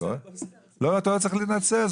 מספיקות -- אני מתנצל --- לא.